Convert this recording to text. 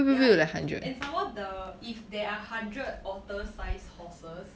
yeah and and some more the if there are hundred otter sized horses